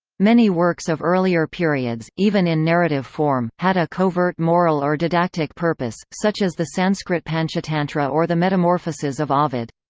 many works of earlier periods, even in narrative form, had a covert moral or didactic purpose, such as the sanskrit panchatantra or the metamorphoses of ovid.